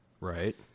Right